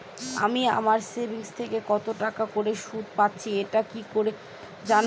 আমি আমার সেভিংস থেকে কতটাকা করে সুদ পাচ্ছি এটা কি করে জানব?